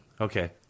Okay